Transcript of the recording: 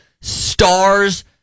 stars